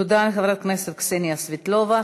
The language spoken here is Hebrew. תודה, חברת הכנסת קסניה סבטלובה.